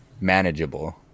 manageable